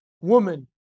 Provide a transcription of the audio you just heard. woman